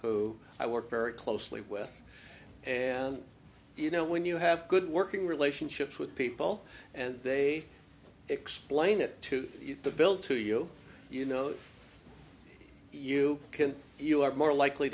who i work very closely with and you know when you have good working relationships with people and they explain it to the bill to you you know you can you are more likely